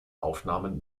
aufnahmen